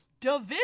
division